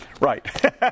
right